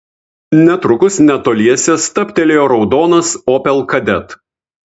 netrukus netoliese stabtelėjo raudonas opel kadett